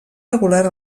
regular